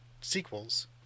sequels